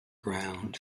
ground